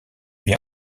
bien